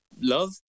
love